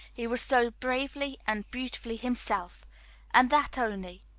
he was so bravely and beautifully himself and that only.